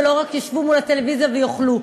ולא רק ישבו מול הטלוויזיה ויאכלו.